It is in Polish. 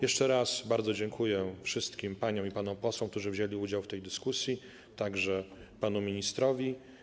Jeszcze raz bardzo dziękuję wszystkim paniom i panom posłom, którzy wzięli udział w tej dyskusji, a także panu ministrowi.